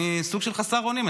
אני סוג של חסר אונים,